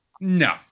No